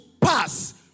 pass